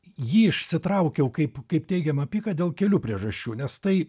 jį išsitraukiau kaip kaip teigiamą pyką dėl kelių priežasčių nes tai